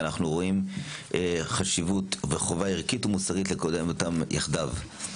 ואנחנו רואים חשיבות וחובה ערכית ומוסרית לקדם אותם יחדיו.